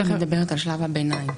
היא מדברת על שלב הביניים.